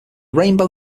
rainbow